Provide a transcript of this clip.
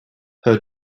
her